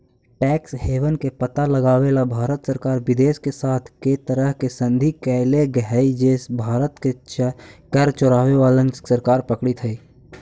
tax haven के पता लगावेला भारत सरकार विदेश के साथ कै तरह के संधि कैले हई जे से भारत के कर चोरावे वालन के सरकार पकड़ित हई